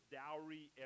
dowry